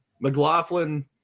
McLaughlin